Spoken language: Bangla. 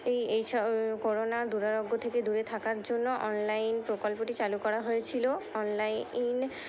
এই এই সব করোনা দুরারোগ্য থেকে দূরে থাকার জন্য অনলাইন প্রকল্পটি চালু করা হয়েছিলো অনলাইন